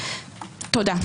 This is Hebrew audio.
תודה.